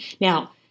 Now